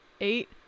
eight